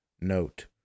Note